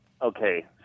Okay